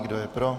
Kdo je pro?